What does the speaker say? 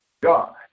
god